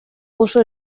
oso